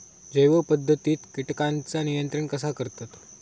जैव पध्दतीत किटकांचा नियंत्रण कसा करतत?